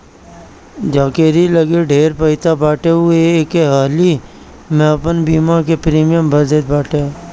जकेरी लगे ढेर पईसा बाटे उ एके हाली में अपनी बीमा के प्रीमियम भर देत बाटे